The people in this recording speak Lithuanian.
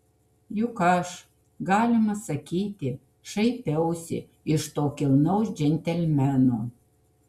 juk aš galima sakyti šaipiausi iš to kilnaus džentelmeno